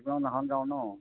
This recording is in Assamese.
এক নং লাহন গাঁও ন